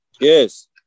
Yes